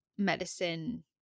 medicine